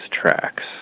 tracks